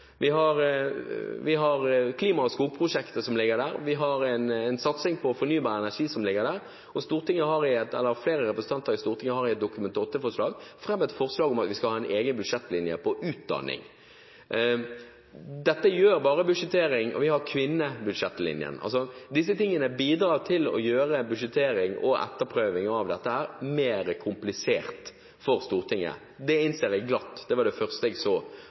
vi en innretning på budsjettene våre som var slik at man budsjetterte på land. Så ser en at Stortinget – regjeringen og Stortinget i fellesskap – i større og større grad er blitt mer og mer opptatt av tema. Klima- og skogprosjektet ligger der, en satsing på fornybar energi ligger der, og flere representanter i Stortinget har i et Dokument 8-forslag fremmet forslag om at vi skal ha en egen budsjettlinje for utdanning. Vi har kvinnebudsjettlinjen. Disse tingene bidrar til å gjøre budsjettering og etterprøving av dette mer komplisert for Stortinget. Det innser jeg